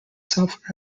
self